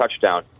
touchdown